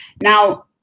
Now